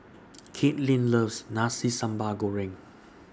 Katelin loves Nasi Sambal Goreng